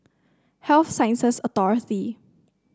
Health Sciences Authority